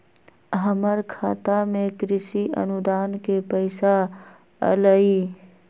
हमर खाता में कृषि अनुदान के पैसा अलई?